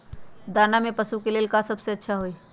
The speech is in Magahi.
दाना में पशु के ले का सबसे अच्छा होई?